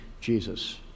Jesus